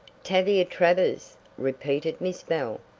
tavia travers, repeated miss bell.